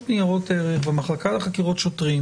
לניירות ערך והמחלקה לחקירות שוטרים